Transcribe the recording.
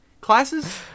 classes